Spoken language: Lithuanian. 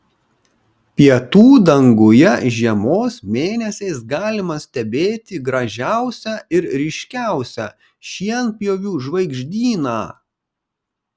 pietų danguje žiemos mėnesiais galima stebėti gražiausią ir ryškiausią šienpjovių žvaigždyną